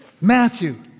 Matthew